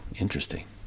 interesting